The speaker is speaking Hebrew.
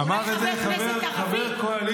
אמר את זה חבר קואליציה.